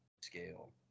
scale